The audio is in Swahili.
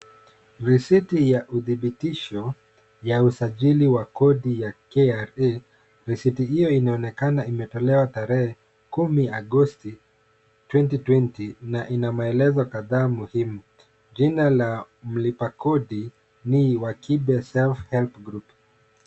Risiti ya udhibitisho ya usajili wa kodi ya KRA , risiti hiyo inaonekana imetolewa tarehe 10/08/2020 na ina maelezo kadhaa muhimu , jina la mlipa kodi ni Wakibe Self Group .